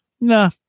nah